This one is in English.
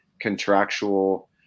contractual